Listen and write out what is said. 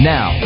Now